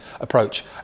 approach